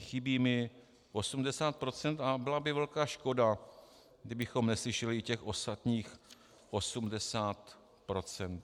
Chybí mi 80 % a byla by velká škoda, kdybychom neslyšeli těch ostatních 80 %.